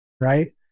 right